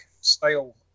style